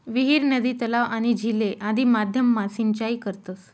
विहीर, नदी, तलाव, आणि झीले आदि माध्यम मा सिंचाई करतस